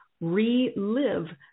relive